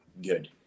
good